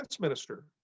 minister